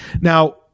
Now